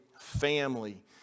family